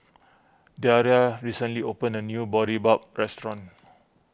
Daria recently opened a new Boribap restaurant